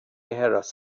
حراست